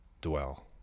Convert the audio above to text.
dwell